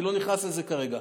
אני לא נכנס לזה כרגע.